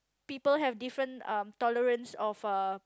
people have different um tolerance of err